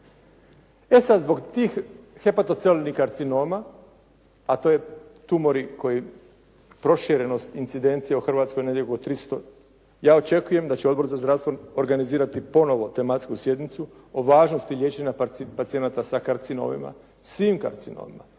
E sad zbog tih hepatocelularnih karcinoma a to je tumori koji proširenost incidencije u Hrvatskoj negdje oko 300. Ja očekujem da će Odbor za zdravstvo organizirati ponovno tematsku sjednicu o važnosti liječenja pacijenata sa karcinomima, svim karcinomima